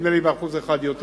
ונדמה לי שאפילו ב-1% יותר.